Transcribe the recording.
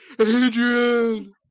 Adrian